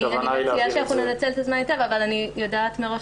אני מציעה שאנחנו ננצל את הזמן היטב אבל אני יודעת מראש